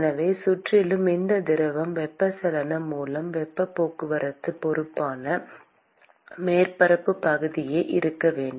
எனவே சுற்றிலும் இந்த திரவம் வெப்பச்சலனம் மூலம் வெப்பப் போக்குவரத்துக்கு பொறுப்பான மேற்பரப்புப் பகுதியே இருக்க வேண்டும்